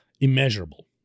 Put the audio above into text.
immeasurable